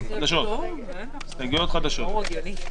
חדשות: הראשונה,